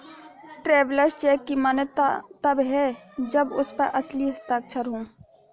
travellers cheque की मान्यता तब है जब उस पर असली हस्ताक्षर हो